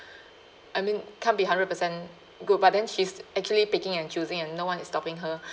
I mean can't be hundred percent good but then she's actually picking and choosing and no one is stopping her